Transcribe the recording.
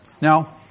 Now